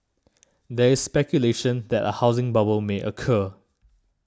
there is speculation that a housing bubble may occur